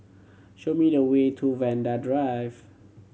show me the way to Vanda Drive